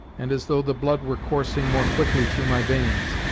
and as though the blood were coursing more quickly through my veins.